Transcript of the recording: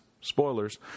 spoilers